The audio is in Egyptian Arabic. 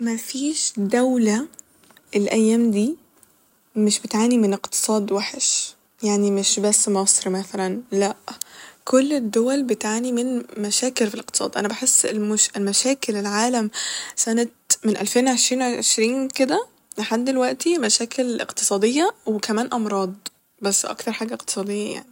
مفيش دولة الأيام دي مش بتعاني من اقتصاد وحش يعني مش بس مصر مثلا لا كل الدول بتعاني من مشاكل ف الاقتصاد ، أنا بحس المش- مشاكل العالم سنة من ألفين عشرين عشرين كده لحد دلوقتي مشاكل اقتصادية وكمان أمراض بس أكتر حاجة اقتصادية يعني